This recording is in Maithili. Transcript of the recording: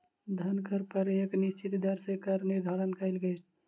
धन कर पर एक निश्चित दर सॅ कर निर्धारण कयल छै